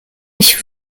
ich